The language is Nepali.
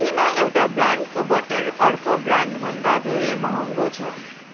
किन एउटा ब्रान्डको बटर अर्को ब्रान्डभन्दा धेरै महँगो छ